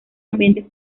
ambientes